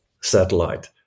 satellite